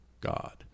God